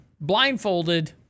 blindfolded